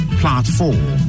platform